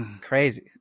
crazy